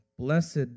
blessed